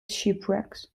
shipwrecks